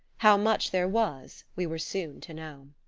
how much there was we were soon to know.